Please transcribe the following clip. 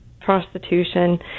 prostitution